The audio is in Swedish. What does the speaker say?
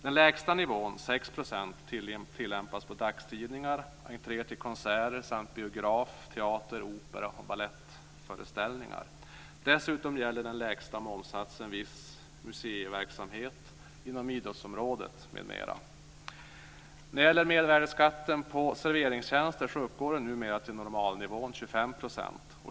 Den lägsta nivån, 6 %, tillämpas på dagstidningar, entréer till konserter samt biograf-, teater-, opera och balettföreställningar. Dessutom gäller den lägsta momssatsen viss museiverksamhet och inom idrottsområdet m.m. Mervärdesskatten på serveringstjänster uppgår numera till normalnivån 25 %.